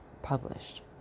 published